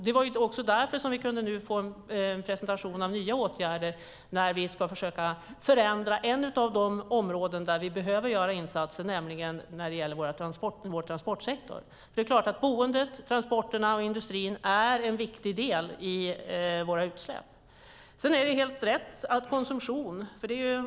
Det var också därför som vi nu kunde få en presentation av nya åtgärder när vi ska förändra ett av de områden där vi behöver göra insatser, nämligen transportsektorn. Boendet, transporterna och industrin är viktiga när det gäller våra utsläpp.